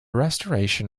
restoration